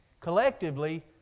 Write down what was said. collectively